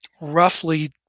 roughly